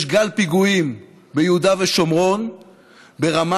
יש גל פיגועים ביהודה ושומרון ברמה